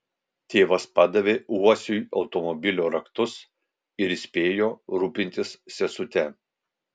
tėvas padavė uosiui automobilio raktus ir įspėjo rūpintis sesute